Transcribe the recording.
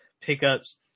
pickups